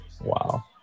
Wow